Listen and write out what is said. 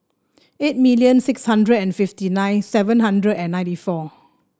eight million six hundred and fifty nine seven hundred and ninety four